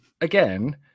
again